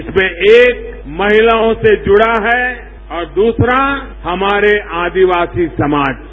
इसमें एक महिलाओं से जुड़ा है और दूसरा हमारे आदिवासी समाज से